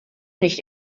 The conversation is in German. nicht